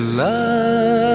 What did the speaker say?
love